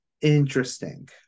interesting